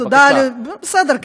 בסדר,